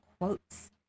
quotes